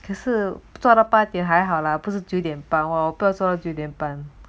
可是做到八点还好啦不是九点半我 persona 九点半